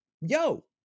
Yo